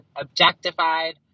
objectified